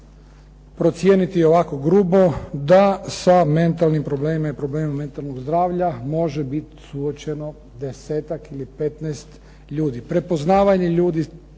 procijeniti ovako grubo da sa mentalnim problemima i problemima mentalnog zdravlja može biti suočeno 10-tak ili 15 ljudi.